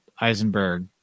Eisenberg